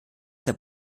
der